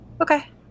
Okay